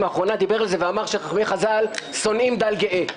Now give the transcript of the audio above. האחרונה ואמר שחכמי חז"ל שונאים דל גאה.